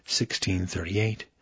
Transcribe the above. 16-38